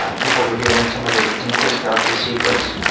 ah people revealing some of their deepest, darkest secrets,